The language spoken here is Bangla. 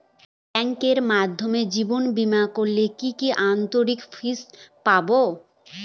ব্যাংকের মাধ্যমে জীবন বীমা করলে কি কি অতিরিক্ত ফেসিলিটি পাব?